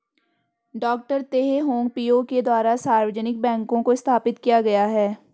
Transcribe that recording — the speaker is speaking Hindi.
डॉ तेह होंग पिओ के द्वारा सार्वजनिक बैंक को स्थापित किया गया है